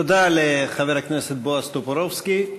תודה לחבר הכנסת בועז טופורובסקי.